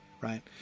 right